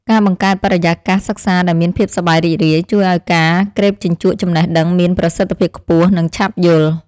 ការបង្កើតបរិយាកាសសិក្សាដែលមានភាពសប្បាយរីករាយ ជួយឱ្យការក្រេបជញ្ជក់ចំណេះដឹងមានប្រសិទ្ធភាពខ្ពស់និងឆាប់យល់។